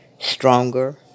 stronger